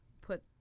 put